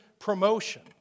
promotion